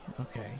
okay